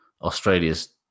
Australia's